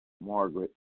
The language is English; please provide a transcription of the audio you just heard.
Margaret